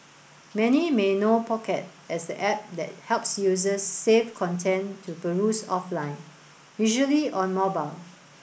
many may know Pocket as the app that helps users save content to peruse offline usually on mobile